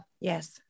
Yes